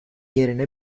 yerine